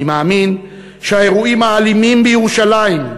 אני מאמין שהאירועים האלימים בירושלים,